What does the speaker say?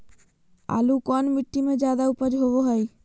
आलू कौन मिट्टी में जादा ऊपज होबो हाय?